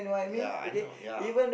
ya I know ya